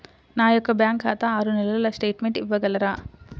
నా యొక్క బ్యాంకు ఖాతా ఆరు నెలల స్టేట్మెంట్ ఇవ్వగలరా?